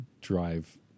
Drive